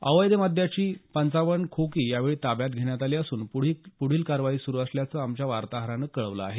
अवैध मद्याची पंचावन्न खोकी यावेळी ताब्यात घेण्यात आली असून पुढील कारवाई सुरू असल्याचं आमच्या वार्ताहरानं कळवलं आहे